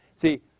See